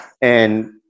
And-